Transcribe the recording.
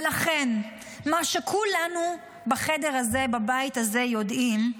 לכן, מה שכולנו בחדר הזה ובבית הזה יודעים,